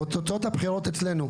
אז לא 75% אלא 60% או משהו בסגנון הזה.